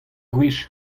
gwech